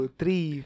three